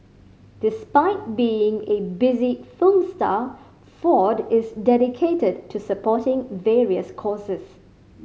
despite being a busy film star Ford is dedicated to supporting various causes